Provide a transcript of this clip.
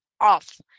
off